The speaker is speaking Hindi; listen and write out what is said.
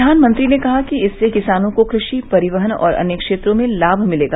प्रधानमंत्री ने कहा कि इससे किसानों को कृषि परिवहन और अन्य क्षेत्रों में लाम मिलेगा